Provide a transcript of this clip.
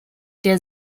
der